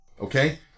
Okay